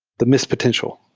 the miss-potential.